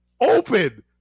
Open